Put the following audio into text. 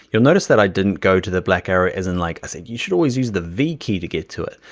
notice that i didn't go to the black arrow as in, like i said, you should always use the v key to get to it.